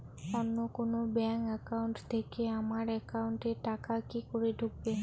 অন্য কোনো bank account থেকে আমার একাউন্ট এ টাকা কি করে ঢুকবে?